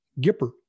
Gipper